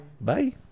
Bye